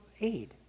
aid